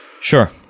sure